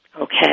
Okay